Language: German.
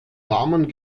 warmen